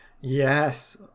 Yes